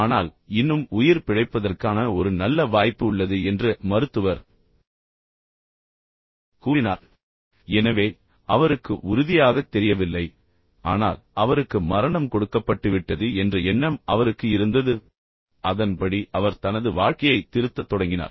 ஆனால் அவர் இன்னும் உயிர் பிழைப்பார் என்று நம்பினார் ஏனெனில் இது மிகவும் மோசமாக இருக்கிறது ஆனால் இன்னும் உயிர் பிழைப்பதற்கான ஒரு நல்ல வாய்ப்பு உள்ளது என்று மருத்துவர் கூறினார் எனவே அவருக்கு உறுதியாகத் தெரியவில்லை ஆனால் அவருக்கு மரணம் கொடுக்கப்பட்டுவிட்டது என்ற எண்ணம் அவருக்கு இருந்தது அதன்படி அவர் தனது வாழ்க்கையைத் திருத்தத் தொடங்கினார்